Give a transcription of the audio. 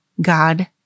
God